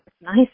nice